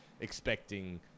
expecting